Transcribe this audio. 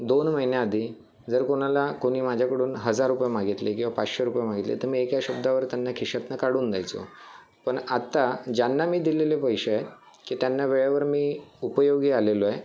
दोन महिन्याआधी जर कोणाला कोणी माझ्याकडून हजार रुपये मागिलते किंवा पाचशे रुपये मागितले तर मी एका शब्दावर त्यांना खिशातनं काढून द्यायचो पण आत्ता ज्यांना मी दिलेले पैसे आहेत की त्यांना वेळेवर मी उपयोगी आलेलो आहे